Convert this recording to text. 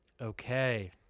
Okay